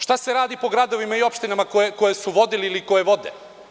Šta se radi po gradovima i opštinama koje su vodili ili koje vode?